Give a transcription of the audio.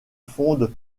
fondent